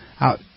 out